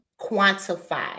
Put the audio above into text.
quantify